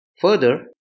Further